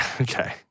okay